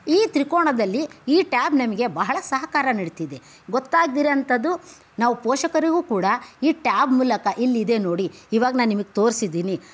ಈ ತ್ರಿಕೋನದಲ್ಲಿ ಈ ಟ್ಯಾಬ್ ನಮಗೆ ಬಹಳ ಸಹಕಾರ ನೀಡ್ತಿದೆ ಗೊತ್ತಾಗದಿರುವಂಥದ್ದು ನಾವು ಪೋಷಕರಿಗೂ ಕೂಡ ಈ ಟ್ಯಾಬ್ ಮೂಲಕ ಇಲ್ಲಿದೆ ನೋಡಿ ಇವಾಗ ನಾನು ನಿಮಗೆ ತೋರಿಸಿದ್ದೀನಿ